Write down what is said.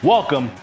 Welcome